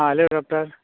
हा hello doctor